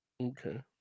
Okay